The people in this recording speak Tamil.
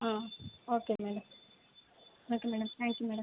ah okay madam okay madam thank you madam